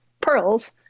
pearls